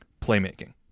playmaking